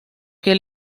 que